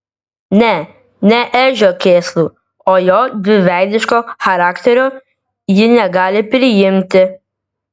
ne ne edžio kėslų o jo dviveidiško charakterio ji negali priimti